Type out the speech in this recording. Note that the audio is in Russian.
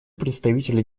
представителя